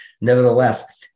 Nevertheless